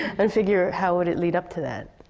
and figure, how would it lead up to that?